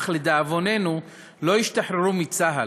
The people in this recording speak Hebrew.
אך לדאבוננו לא השתחררו מצה"ל.